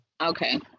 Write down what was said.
Okay